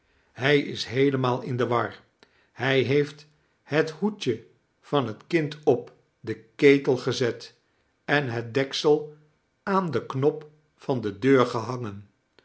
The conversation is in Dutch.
hij is heelemaal in de war hij heeft het hoedje van het kind op den ketel gezet em lwt deksel aan den knop van de deur geliangeu